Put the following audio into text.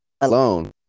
alone